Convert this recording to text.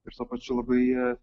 ir tuo pačiu labai